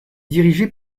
dirigé